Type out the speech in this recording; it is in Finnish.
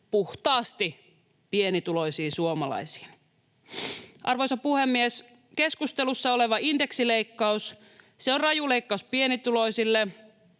puhtaasti pienituloisiin suomalaisiin. Arvoisa puhemies! Keskustelussa oleva indeksileikkaus on raju leikkaus pienituloisille,